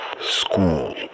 School